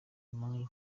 mpamvu